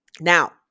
Now